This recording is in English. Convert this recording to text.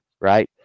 right